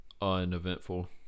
Uneventful